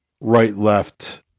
right-left